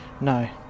no